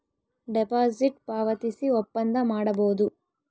deposit ಪಾವತಿಸಿ ಒಪ್ಪಂದ ಮಾಡಬೋದು